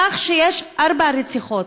כך שיש ארבע רציחות.